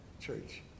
church